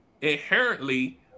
inherently